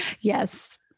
Yes